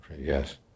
yes